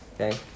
Okay